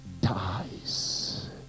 dies